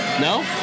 No